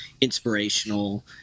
inspirational